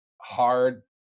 hard